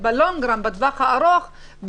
בטווח הארוך,